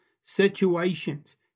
situations